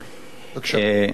בבקשה.